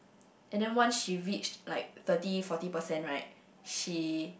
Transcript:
and then once she reached like thirty forty percent right she